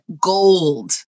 gold